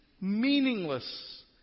meaningless